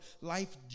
Life